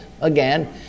again